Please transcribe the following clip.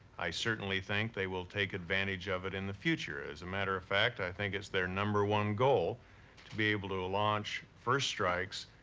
i certainly think they will take advantage of it in the as a matter of fact, i think it's their number one goal to be able to launch first strikes,